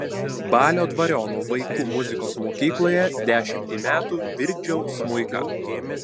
balio dvariono vaikų muzikos mokykloje dešimtį metų virkdžiau smuiką